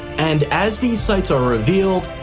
and as these sites are revealed,